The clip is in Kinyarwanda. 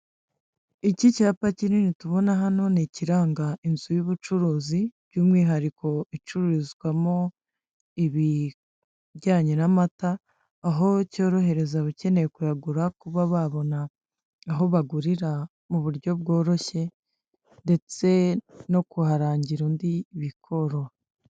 Iki cyapa kinini tubona hano ni ikiranga inzu y'ubucuruzi by'umwihariko icururizwamo ibijyanye n'amata, aho cyorohereza abakeneye kuyagura kuba babona aho bagurira mu buryo bworoshye ndetse no kuharangira undi bikoroha.